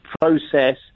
process